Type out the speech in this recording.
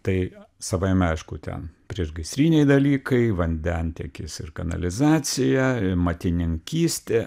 tai savaime aišku ten priešgaisriniai dalykai vandentiekis ir kanalizacija matininkystė